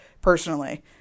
personally